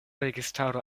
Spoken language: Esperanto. registaro